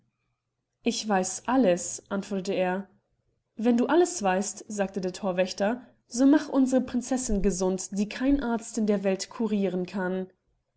ich weiß alles antwortete er wenn du alles weißt sagte der thorwächter so mach unsere prinzessin gesund die kein arzt in der welt curiren kann